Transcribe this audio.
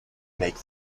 make